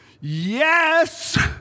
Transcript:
Yes